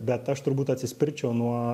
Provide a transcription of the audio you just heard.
bet aš turbūt atsispirčiau nuo